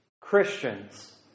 Christians